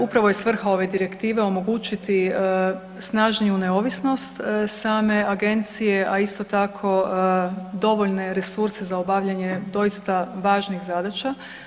Upravo je svrha ove direktive omogućiti snažniju neovisnost same agencije, a isto tako dovoljne resurse za obavljanje doista važnih zadaća.